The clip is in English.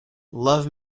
love